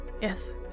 Yes